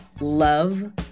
love